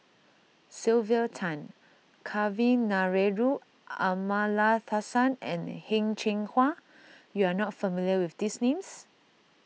Sylvia Tan Kavignareru Amallathasan and Heng Cheng Hwa you are not familiar with these names